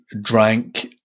drank